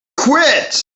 quit